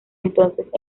entonces